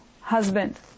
husband